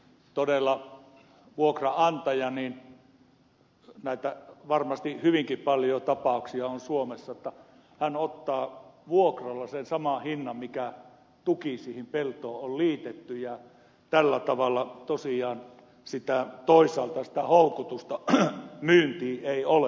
todella näitä tapauksia varmasti hyvinkin paljon on suomessa että vuokranantaja ottaa vuokralla sen saman hinnan mikä tuki siihen peltoon on liitetty ja tällä tavalla tosiaan toisaalta sitä houkutusta myyntiin ei ole